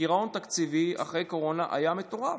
הגירעון התקציבי אחרי הקורונה היה מטורף.